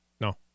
No